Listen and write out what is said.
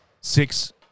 Six